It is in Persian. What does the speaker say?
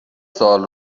سوال